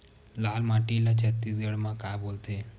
लाल माटी ला छत्तीसगढ़ी मा का बोलथे?